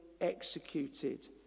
executed